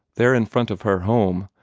there in front of her home,